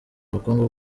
ubukungu